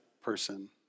person